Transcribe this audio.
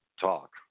talk